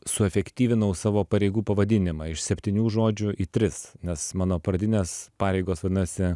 suefektyvinau savo pareigų pavadinimą iš septynių žodžių į tris nes mano pradinės pareigos vadinosi